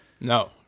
No